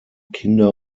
kinder